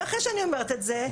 ואחרי שאני אומרת את זה,